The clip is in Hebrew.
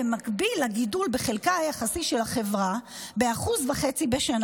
במקביל לגידול בחלקה היחסי של החברה ב-1.5% בשנה,